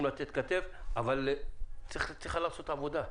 לתת כתף אבל צריכה להיעשות עבודה.